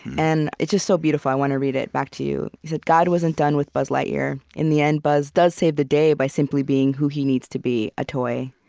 and it's just so beautiful, i want to read it back to you. you said, god wasn't done with buzz lightyear. in the end, buzz does save the day by simply being who he needs to be a toy,